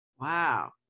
Wow